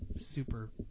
super